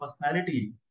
personality